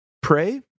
pray